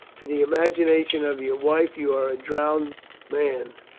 to the imagination of your wife you are a drowned man.